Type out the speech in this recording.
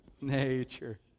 Nature